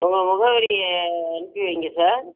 உங்கள் முகவரி அனுப்பி வைங்க சார்